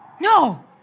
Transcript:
no